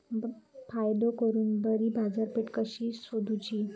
फायदो करून बरी बाजारपेठ कशी सोदुची?